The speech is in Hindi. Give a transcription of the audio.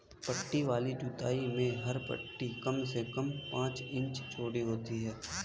पट्टी वाली जुताई में हर पट्टी कम से कम पांच इंच चौड़ी होती है